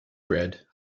bread